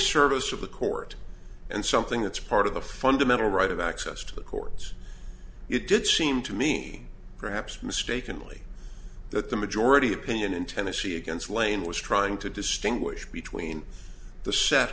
service of the court and something that's part of the fundamental right of access to the courts it did seem to me perhaps mistakenly that the majority opinion in tennessee against lane was trying to distinguish between the